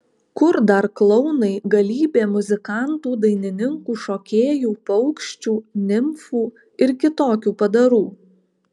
kur dar klounai galybė muzikantų dainininkų šokėjų paukščių nimfų ir kitokių padarų